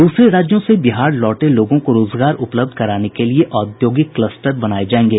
दूसरे राज्यों से बिहार लौटे लोगों को रोजगार उपलब्ध कराने के लिए औद्योगिक क्लस्टर बनाये जायेंगे